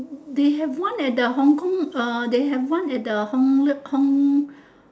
they have one at the hong-kong uh they have one at the hong-kong